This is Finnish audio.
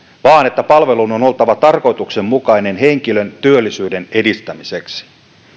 vaan palvelun on oltava tarkoituksenmukainen henkilön työllisyyden edistämiseksi